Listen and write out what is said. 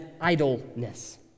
idleness